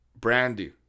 Brandy